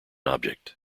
object